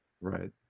Right